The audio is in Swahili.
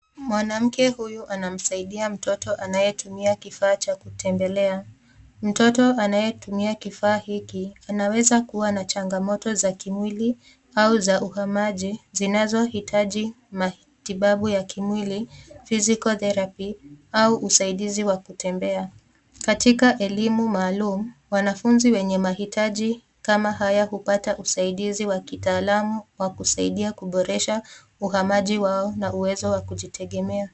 Mwanamke huyu anamsaidia mtoto anayetumia kifaa cha kutembelea. Mtoto anayetumia kifaa hiki anaweza kuwa na changamoto za kimwili au za uhamaji zinazohitaji matibabu ya kimwili, physical therapy au usaidizi wa kutembea. Katika elimu maalum, wanafunzi wenye mahitaji kama haya hupata usaidizi wa kitaalamu wa kusaidia kuboresha uhamaji wao na uwezo wa kujitegemea.